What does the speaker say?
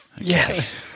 Yes